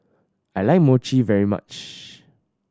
I like Mochi very much